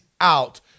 out